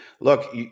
look